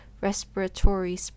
respiratory